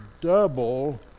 double